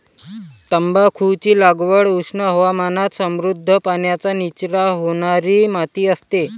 तंबाखूची लागवड उष्ण हवामानात समृद्ध, पाण्याचा निचरा होणारी माती असते